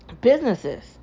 businesses